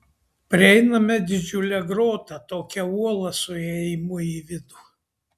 prieiname didžiulę grotą tokią uolą su įėjimu į vidų